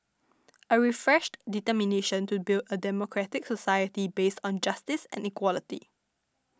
a refreshed determination to build a democratic society based on justice and equality